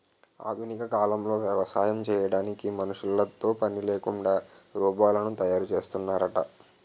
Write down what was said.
ఆధునిక కాలంలో వ్యవసాయం చేయడానికి మనుషులతో పనిలేకుండా రోబోలను తయారు చేస్తున్నారట